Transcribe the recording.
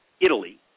Italy